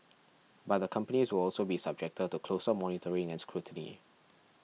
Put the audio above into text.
but the companies will also be subjected to closer monitoring and scrutiny